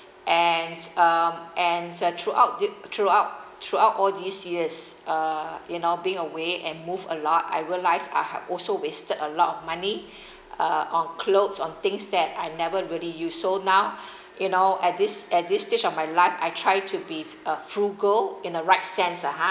and um and throughout the throughout throughout all these years uh you know being away and move a lot I realized I had also wasted a lot of money uh on clothes on things that I never really use so now you know at this at this stage of my life I try to be uh frugal in the right sense ha